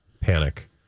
panic